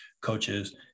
coaches